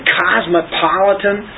cosmopolitan